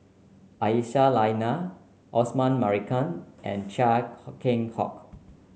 Aisyah Lyana Osman Merican and Chia Keng Hock